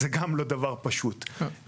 זה גם לא פשוט מבחינתנו,